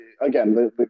again